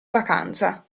vacanza